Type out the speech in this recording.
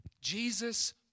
Jesus